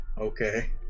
okay